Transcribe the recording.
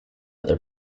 other